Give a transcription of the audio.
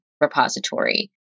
repository